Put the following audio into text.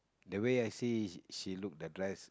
the way I see she look the dress